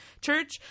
church